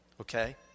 Okay